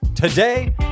Today